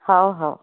ହଉ ହଉ